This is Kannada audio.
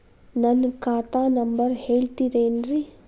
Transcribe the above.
ನನ್ನ ಖಾತಾ ನಂಬರ್ ಹೇಳ್ತಿರೇನ್ರಿ?